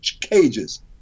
cages